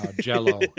jello